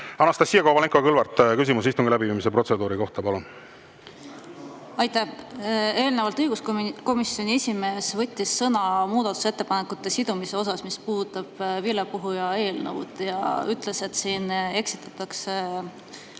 Anastassia Kovalenko-Kõlvart, küsimus istungi läbiviimise protseduuri kohta, palun! Aitäh! Eelnevalt õiguskomisjoni esimees võttis sõna nende muudatusettepanekute sidumise kohta, mis puudutavad vilepuhuja eelnõu. Ta ütles, et siin eksitatakse